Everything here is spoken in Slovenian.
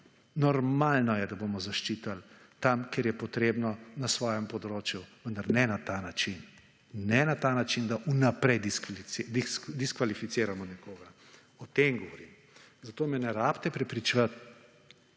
Normalno je, da bomo zaščitili tam kjer je potrebno na svojem področju, vendar ne na ta način. Ne na ta način, da vnaprej diskvalificiramo nekoga. O tem govorim. Zato me ne rabite prepričevati